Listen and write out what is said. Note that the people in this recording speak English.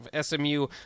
SMU